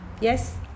Yes